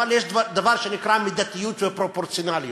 אבל יש דבר שנקרא מידתיות ופרופורציונליות.